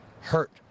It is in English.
hurt